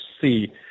see